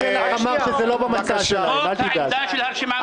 זאת העמדה של הרשימה המשותפת.